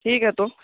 ٹھیک ہے تو